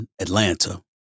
Atlanta